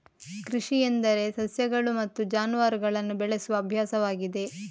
ಕೃಷಿ ಎಂದರೆ ಸಸ್ಯಗಳು ಮತ್ತು ಜಾನುವಾರುಗಳನ್ನು ಬೆಳೆಸುವ ಅಭ್ಯಾಸವಾಗಿದೆ